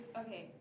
okay